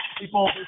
people